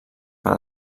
per